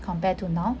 compared to now